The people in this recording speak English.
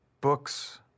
books